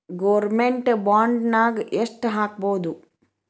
Government ಬಾಂಡ್ನಾಗ್ ಯೆಷ್ಟ್ ಹಾಕ್ಬೊದು?